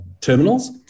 terminals